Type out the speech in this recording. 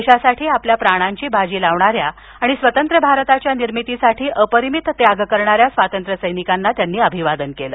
देशासाठी आपल्या प्राणांची बाजी लावणाऱ्या आणि स्वतंत्र भारताच्या निर्मितीसाठी अपरिमित त्याग करणाऱ्या स्वातंत्र्यसैनिकांना त्यांनी अभिवादन केलं